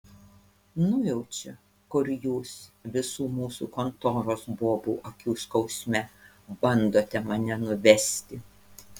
nujaučiu kur jūs visų mūsų kontoros bobų akių skausme bandote mane nuvesti